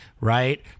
right